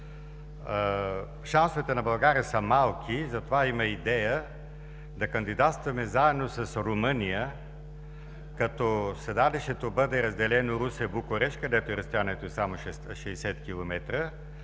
Шансовете на България са малки, затова има идея да кандидатстваме заедно с Румъния, като седалището бъде разделено Русе – Букурещ, където разстоянието е само 60 км